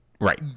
Right